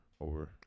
Over